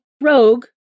rogue